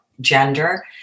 gender